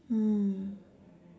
mm